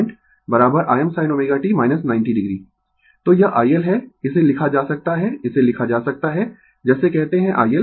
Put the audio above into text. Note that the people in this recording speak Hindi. Refer Slide Time 1628 तो यह iL है इसे लिखा जा सकता है इसे लिखा जा सकता है जैसे कहते है iL